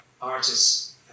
artists